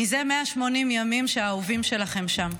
מזה 180 ימים שהאהובים שלכם שם.